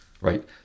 right